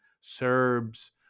Serbs